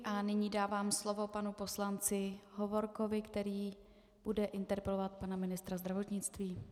A nyní dávám slovo panu poslanci Hovorkovi, který bude interpelovat pana ministra zdravotnictví.